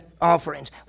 offerings